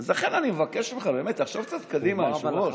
אז לכן, אני מבקש ממך לחשוב קצת קדימה, היושב-ראש.